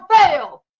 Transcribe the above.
fail